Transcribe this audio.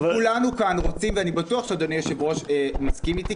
אם כולנו כאן רוצים ואני בטוח שאדוני היושב-ראש מסכים אתי,